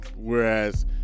whereas